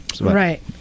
right